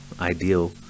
ideal